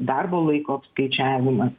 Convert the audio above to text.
darbo laiko apskaičiavimas